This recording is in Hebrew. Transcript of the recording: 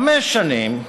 חמש שנים,